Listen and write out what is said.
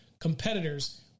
competitors